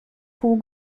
pół